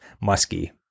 musky